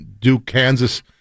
Duke-Kansas